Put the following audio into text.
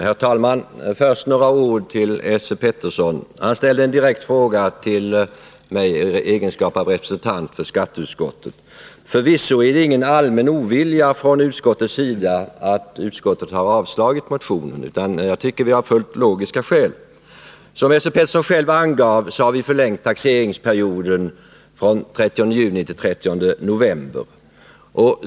Herr talman! Först några ord till Esse Petersson. Han ställde en direkt fråga till mig i egenskap av representant för skatteutskottet. Förvisso beror det inte på någon allmän ovilja att utskottet har avstyrkt motionen, utan jag tycker att vi har fullt logiska skäl. Som Esse Petersson själv angav har vi förlängt taxeringsperioden från den 30 juni till den 30 november.